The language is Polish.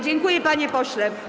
Dziękuję, panie pośle.